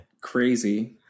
crazy